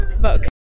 books